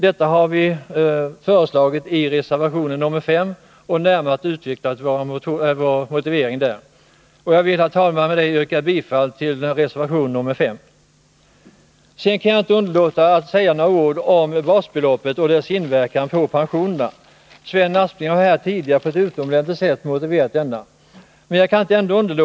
Detta har vi föreslagit i reservation nr 5 och där har ni också närmare utvecklat vår motivering. Jag vill, herr talman, yrka bifall till reservation nr 5. Sedan kan jag inte underlåta att säga några ord om basbeloppet och dess inverkan på pensionerna. Sven Aspling har här tidigare på ett utomordentligt sätt utvecklat socialdemokraternas uppfattning.